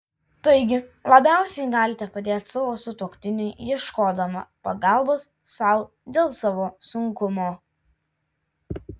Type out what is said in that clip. taigi labiausiai galite padėti savo sutuoktiniui ieškodama pagalbos sau dėl savo sunkumo